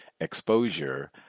exposure